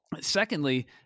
secondly